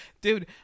Dude